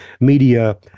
media